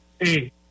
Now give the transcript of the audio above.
Hey